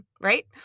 right